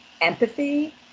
empathy